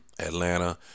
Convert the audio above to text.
atlanta